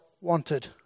wanted